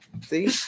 See